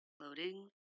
loading